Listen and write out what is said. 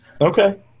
Okay